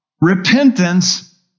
repentance